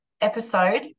episode